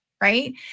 right